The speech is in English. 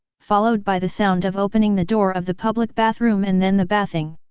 followed by the sound of opening the door of the public bathroom and then the bathing.